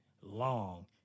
long